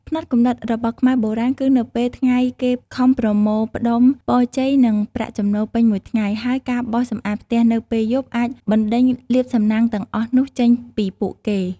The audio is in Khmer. ផ្នត់គំនិតរបស់ខ្មែរបុរាណគឺ នៅពេលថ្ងៃគេខំប្រមូលផ្តុំពរជ័យនិងប្រាក់ចំណូលពេញមួយថ្ងៃ ហើយការបោសសំអាតផ្ទះនៅពេលយប់អាចបណ្ដេញលាភសំណាងទាំងអស់នោះចេញពីពួកគេ។